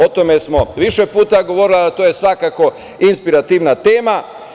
O tome smo više puta govorili, a to je svako inspirativna tema.